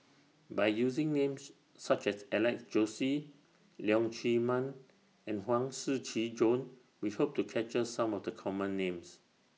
By using Names such as Alex Josey Leong Chee Mun and Huang Shiqi Joan We Hope to capture Some of The Common Names